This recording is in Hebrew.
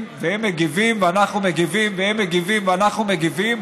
והם מגיבים ואנחנו מגיבים והם מגיבים ואנחנו מגיבים.